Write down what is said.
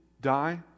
die